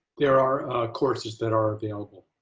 there are courses that are available,